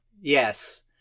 yes